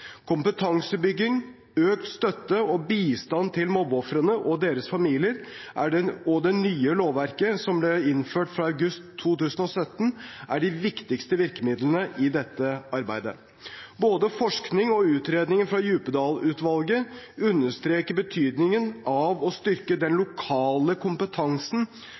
Kompetansebygging, økt støtte og bistand til mobbeofrene og deres familier og det nye lovverket som ble innført fra august 2017, er de viktigste virkemidlene i dette arbeidet. Både forskning og utredningen fra Djupedal-utvalget understreker betydningen av å styrke den lokale kompetansen